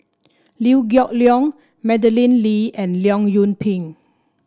Liew Geok Leong Madeleine Lee and Leong Yoon Pin